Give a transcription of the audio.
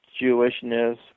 Jewishness